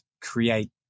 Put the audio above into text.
create